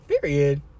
Period